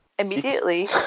immediately